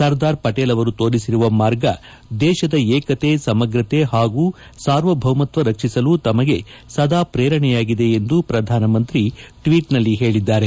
ಸರ್ದಾರ್ ಪಟೇಲ್ ಅವರು ತೋರಿಸಿರುವ ಮಾರ್ಗ ದೇಶದ ಏಕತೆ ಸಮಗ್ರತೆ ಹಾಗೂ ಸಾರ್ವಭೌಮತ್ವ ರಕ್ಷಿಸಲು ತಮಗೆ ಸದಾ ಪ್ರೇರಣೆಯಾಗಿದೆ ಎಂದು ಪ್ರಧಾನಮಂತ್ರಿ ಟ್ವೀಟ್ನಲ್ಲಿ ಹೇಳಿದ್ದಾರೆ